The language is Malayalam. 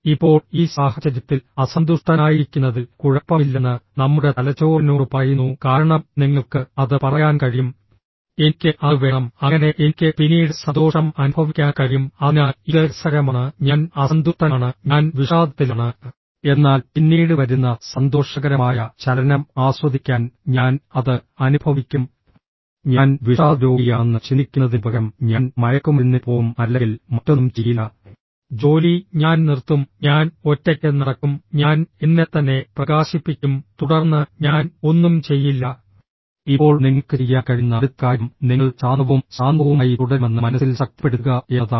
ഇപ്പോൾ ഈ സാഹചര്യത്തിൽ അസന്തുഷ്ടനായിരിക്കുന്നതിൽ കുഴപ്പമില്ലെന്ന് നമ്മുടെ തലച്ചോറിനോട് പറയുന്നു കാരണം നിങ്ങൾക്ക് അത് പറയാൻ കഴിയും എനിക്ക് അത് വേണം അങ്ങനെ എനിക്ക് പിന്നീട് സന്തോഷം അനുഭവിക്കാൻ കഴിയും അതിനാൽ ഇത് രസകരമാണ് ഞാൻ അസന്തുഷ്ടനാണ് ഞാൻ വിഷാദത്തിലാണ് എന്നാൽ പിന്നീട് വരുന്ന സന്തോഷകരമായ ചലനം ആസ്വദിക്കാൻ ഞാൻ അത് അനുഭവിക്കും ഞാൻ വിഷാദരോഗിയാണെന്ന് ചിന്തിക്കുന്നതിനുപകരം ഞാൻ മയക്കുമരുന്നിന് പോകും അല്ലെങ്കിൽ മറ്റൊന്നും ചെയ്യില്ല ജോലി ഞാൻ നിർത്തും ഞാൻ ഒറ്റയ്ക്ക് നടക്കും ഞാൻ എന്നെത്തന്നെ പ്രകാശിപ്പിക്കും തുടർന്ന് ഞാൻ ഒന്നും ചെയ്യില്ല ഇപ്പോൾ നിങ്ങൾക്ക് ചെയ്യാൻ കഴിയുന്ന അടുത്ത കാര്യം നിങ്ങൾ ശാന്തവും ശാന്തവുമായി തുടരുമെന്ന് മനസ്സിൽ ശക്തിപ്പെടുത്തുക എന്നതാണ്